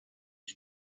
die